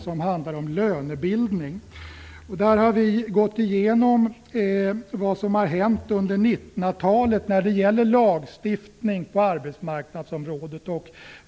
Vi har där gått igenom vad som har hänt under 1900-talet när det gäller lagstiftning på arbetsmarknadsområdet.